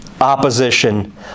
Opposition